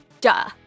Duh